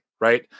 right